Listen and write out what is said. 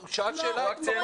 הוא שאל שאלה ואני עניתי עליה.